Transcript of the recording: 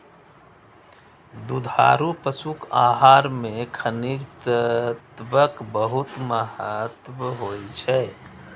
दुधारू पशुक आहार मे खनिज तत्वक बहुत महत्व होइ छै